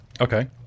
Okay